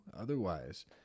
otherwise